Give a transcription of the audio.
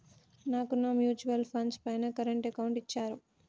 నాకున్న mutual funds పైన current account ఇచ్చారు